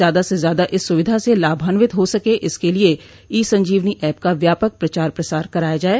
ज्यादा से ज्यादा इस सुविधा से लाभान्वित हो सके इसके लिये ई संजीवनी ऐप का व्यापक प्रचार प्रसार कराया जाये